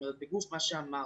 בגוף מה שאמרת.